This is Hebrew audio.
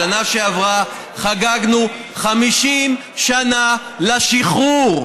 בשנה שעברה חגגנו 50 שנה לשחרור.